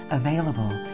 available